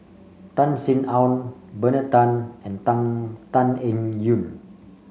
Tan Sin Aun Bernard Tan and Tan Tan Eng Yoon